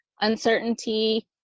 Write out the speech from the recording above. uncertainty